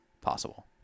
possible